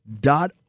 dot